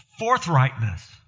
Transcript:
forthrightness